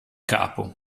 capo